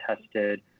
tested